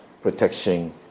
protection